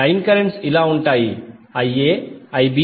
line currents ఇలా ఉంటాయి IaVanZY121